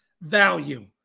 value